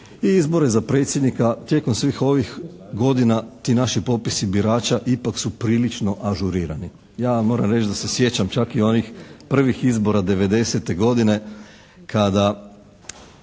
izbore za predsjednika tijekom svih ovih godina ti naši popisi birača ipak su prilično ažurirani. Ja vam moram reći da se sjećam čak i onih prvih izbora '90. godine kada